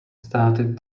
started